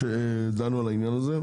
דנו על העניין הזה.